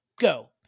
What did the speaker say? go